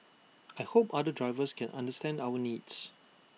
I hope other drivers can understand our needs